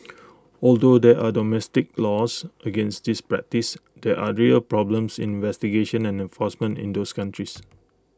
although there are domestic laws against this practice there are real problems in investigation and enforcement in those countries